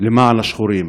למען השחורים.